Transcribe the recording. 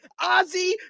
ozzy